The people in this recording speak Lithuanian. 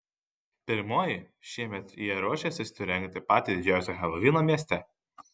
pirmoji šiemet jie ruošiasi surengti patį didžiausią helovyną mieste